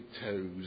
toes